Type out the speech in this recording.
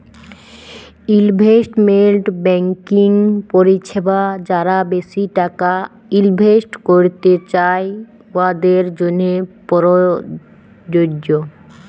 investment banking পরিছেবা যারা বেশি টাকা ইলভেস্ট ক্যইরতে চায়, উয়াদের জ্যনহে পরযজ্য